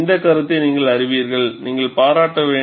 இந்த கருத்தை நீங்கள் அறிவீர்கள் நீங்கள் பாராட்ட வேண்டும்